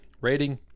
rating